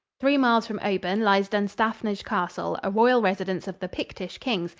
three miles from oban lies dunstafnage castle, a royal residence of the pictish kings,